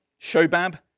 Shobab